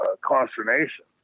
consternation